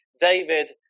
david